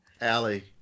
Allie